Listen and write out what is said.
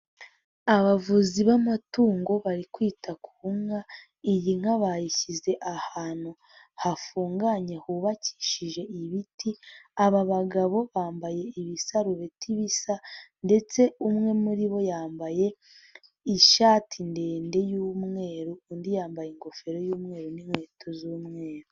Abavuzi b'amatungo bari kwita ku nka, iyi nka bayishyize ahantu hafunganye hubakishije ibiti, aba bagabo bambaye ibisarubeti bisa ndetse umwe muri bo yambaye ishati ndende y'umweru, undi yambaye ingofero y'umweru n'inkweto z'umweru.